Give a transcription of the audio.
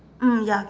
mm ya